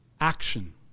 action